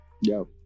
yo